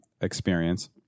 experience